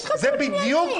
זה בדיוק העניין.